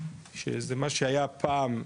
שזה מה שהיה פעם,